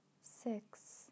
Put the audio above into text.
six